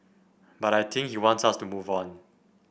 but I think he wants us to move on